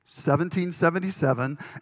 1777